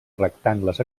rectangles